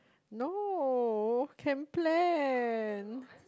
no can plan